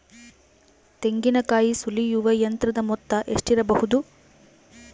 ತೆಂಗಿನಕಾಯಿ ಸುಲಿಯುವ ಯಂತ್ರದ ಮೊತ್ತ ಎಷ್ಟಿರಬಹುದು?